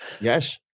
Yes